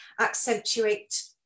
accentuate